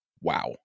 wow